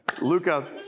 Luca